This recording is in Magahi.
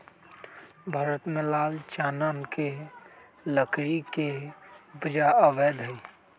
भारत में लाल चानन के लकड़ी के उपजा अवैध हइ